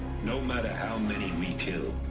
no matter how many we kill.